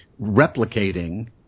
replicating